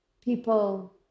People